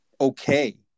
okay